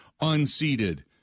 unseated